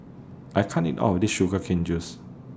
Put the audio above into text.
I can't eat All of This Sugar Cane Juice